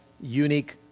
unique